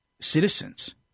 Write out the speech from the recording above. Citizens